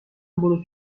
برو